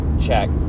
check